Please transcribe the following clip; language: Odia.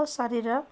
ଶରୀର